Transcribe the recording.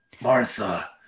Martha